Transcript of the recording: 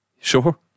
sure